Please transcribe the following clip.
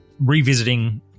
revisiting